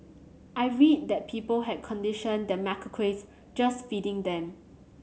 I read that people had conditioned the macaques just feeding them